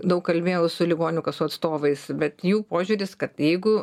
daug kalbėjau su ligonių kasų atstovais bet jų požiūris kad jeigu